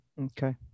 okay